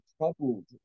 troubled